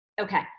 okay